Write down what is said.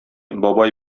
бабай